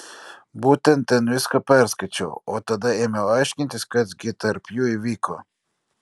būtent ten viską perskaičiau o tada ėmiau aiškintis kas gi tarp jų įvyko